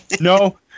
No